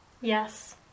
Yes